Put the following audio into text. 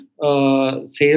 sales